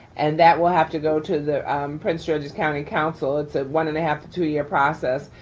and that will have to go to the prince george's county council. it's a one and a half to two year process.